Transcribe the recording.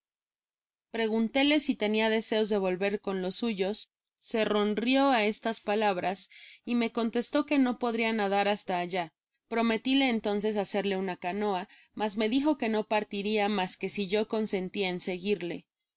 preguntóle si tenia deseos de volver con los suyos se ronrió á estas palabras y me contestó que no podria nadar hasta allá prometíle entonces hacerle una canoa mas me dijo que no partiria mas que si yo consentía en seguirle yo